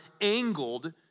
angled